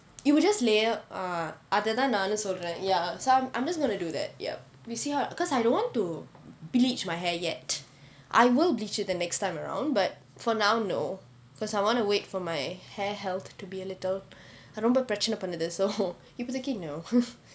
you will just layer uh அது தான் நானும் சொல்றேன்:athu thaan naanum solren ya so I'm I'm just going to do that yup we see how lah because I don't want to bleach my hair yet I will bleach it the next time around but for now no because I wanna wait for my hair health to be a little ரொம்ப பிரச்சனை பண்ணுது:romba pirachanai pannuthu so இப்போதைக்கு:ippothaikku no